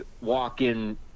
walk-in